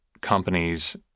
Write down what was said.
companies